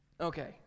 okay